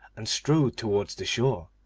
and strode towards the shore.